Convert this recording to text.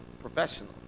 professional